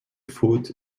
faute